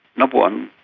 number one,